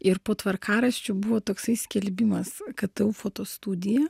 ir po tvarkaraščiu buvo toksai skelbimas ktu foto studija